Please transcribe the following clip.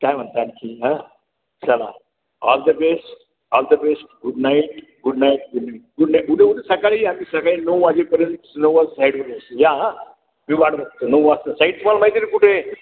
काय म्हणता आणखी हां चला all the best all the best good night good night good good night उद्या उद्या सकाळी या सकाळी नऊ वाजेपर्यंत नऊ वाज साईडवर या हां मी वाट बघतो नऊ वाजता साईट तुम्हाला माहिती आहे ना कुठे